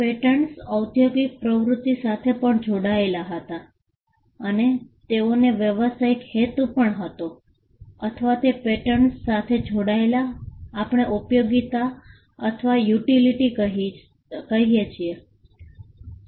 patents ઔદ્યોગિક પ્રવૃત્તિ સાથે પણ જોડાયેલા હતા અને તેઓનો વ્યવસાયિક હેતુ પણ હતો અથવા તે પેટન્ટ્સ સાથે જોડાયેલાને આપણે ઉપયોગીતા અથવા યુટિલિટી કહીએ છીએ છે